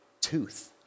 tooth